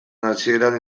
hasieran